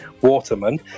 Waterman